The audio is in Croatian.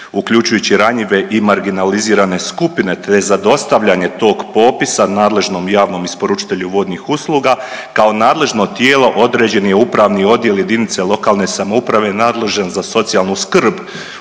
uključujući ranjive i marginalizirane skupine te za dostavljanje tog popisa nadležnom javnom isporučitelju vodnih usluga kao nadležno tijelo određen je upravni odjel jedinice lokalne samouprave nadležne za socijalnu skrb